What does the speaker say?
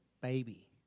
baby